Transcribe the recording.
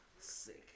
Sick